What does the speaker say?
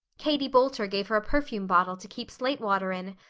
katie boulter gave her a perfume bottle to keep slate water in,